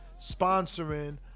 sponsoring